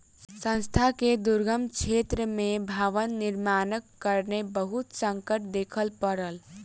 संस्थान के दुर्गम क्षेत्र में भवन निर्माणक कारणेँ बहुत संकट देखअ पड़ल